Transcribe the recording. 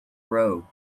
row